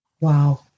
Wow